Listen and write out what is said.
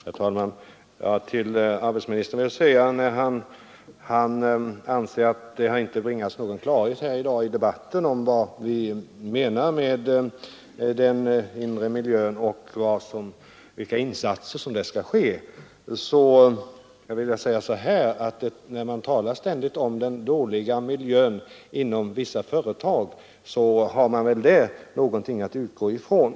Herr talman! Jag är tacksam för de upplysningar som arbetsministern här lämnade. Statsrådet sade att det i dagens debatt inte har bringats någon klarhet i vad vi menar med den inre miljön och vilka insatser som där skall göras. Men när man ständigt talar om den dåliga miljön inom vissa företag, så har man väl där någonting att utgå från.